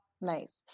Nice